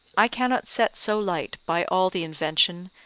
i cannot set so light by all the invention,